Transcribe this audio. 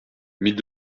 mille